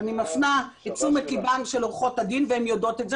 אני מפנה את תשומת ליבם של עורכות הדין והן יודעות את זה,